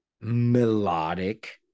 melodic